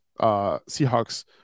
Seahawks